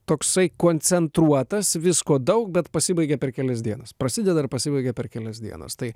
toksai koncentruotas visko daug bet pasibaigia per kelias dienas prasideda ir pasibaigia per kelias dienas tai